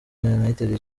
united